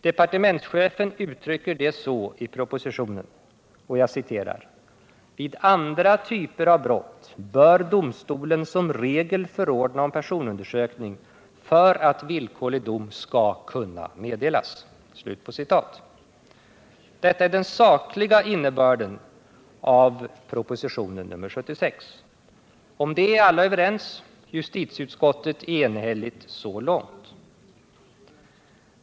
Departementschefen uttrycker det så i propositionen: ” Vid andra typer av brott bör domstolen som regel förordna om personundersökning för att villkorlig dom skall kunna meddelas.” Detta är den sakliga innebörden av proposition nr 76. Om detta är alla överens. Justitieutskottet är enhälligt så långt.